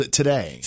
today